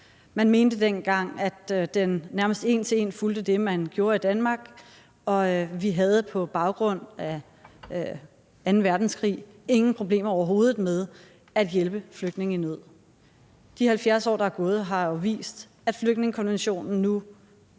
Man mente dengang, at den nærmest en til en fulgte det, man gjorde i Danmark, og vi havde på baggrund af anden verdenskrig overhovedet ingen problemer med at hjælpe flygtninge i nød. De 70 år, der er gået, har jo vist, at flygtningekonventionen nu